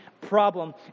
problem